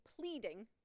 pleading